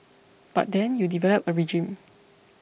but then you develop a regime